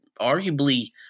arguably